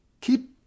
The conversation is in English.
Keep